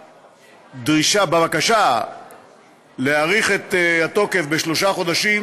בבקשה להאריך את התוקף בשלושה חודשים